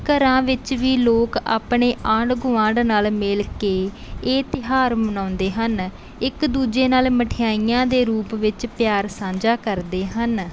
ਘਰਾਂ ਵਿੱਚ ਵੀ ਲੋਕ ਆਪਣੇ ਆਂਢ ਗੁਆਂਢ ਨਾਲ ਮਿਲ ਕੇ ਇਹ ਤਿਉਹਾਰ ਮਨਾਉਂਦੇ ਹਨ ਇੱਕ ਦੂਜੇ ਨਾਲ ਮਠਿਆਈਆਂ ਦੇ ਰੂਪ ਵਿੱਚ ਪਿਆਰ ਸਾਂਝਾ ਕਰਦੇ ਹਨ